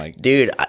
Dude